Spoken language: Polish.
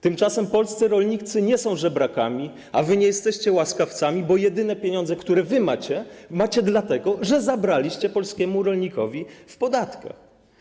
Tymczasem polscy rolnicy nie są żebrakami, a wy nie jesteście łaskawcami, bo jedyne pieniądze, które wy macie, macie dlatego, że zabraliście polskiemu rolnikowi w podatkach.